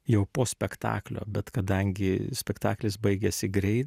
jau po spektaklio bet kadangi spektaklis baigėsi greit